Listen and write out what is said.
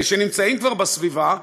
שכבר נמצאים בסביבה,